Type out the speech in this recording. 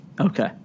Okay